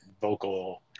vocal